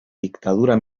dictadura